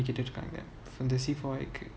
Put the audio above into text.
in the C four I